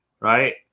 right